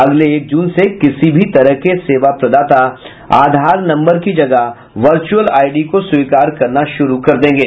अगले एक जून से किसी भी तरह का सेवा प्रदाता आधार नंबर की जगह वर्चुअल आईडी को स्वीकार करना शुरू कर देंगे